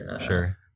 Sure